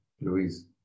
Louise